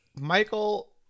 Michael